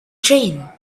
train